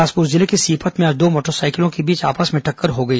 बिलासपुर जिले के सीपत में आज दो मोटरसाइकिलों के बीच आपस में टक्कर हो गई